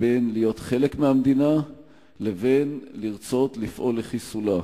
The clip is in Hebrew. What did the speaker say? בין להיות חלק מהמדינה לבין לרצות לפעול לחיסולה.